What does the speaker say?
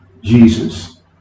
Jesus